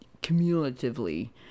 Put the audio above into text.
cumulatively